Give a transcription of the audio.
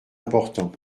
important